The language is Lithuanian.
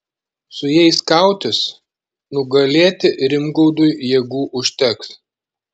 su jais kautis nugalėti rimgaudui jėgų užteks